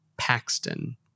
Paxton